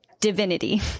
divinity